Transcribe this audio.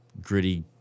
gritty –